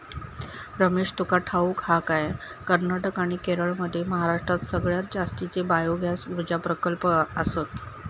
रमेश, तुका ठाऊक हा काय, कर्नाटक आणि केरळमध्ये महाराष्ट्रात सगळ्यात जास्तीचे बायोगॅस ऊर्जा प्रकल्प आसत